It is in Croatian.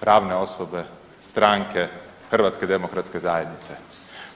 pravne osobe stranke HDZ-a.